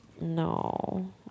No